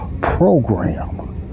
program